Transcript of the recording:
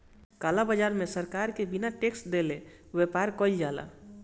काला बाजार में सरकार के बिना टेक्स देहले व्यापार कईल जाला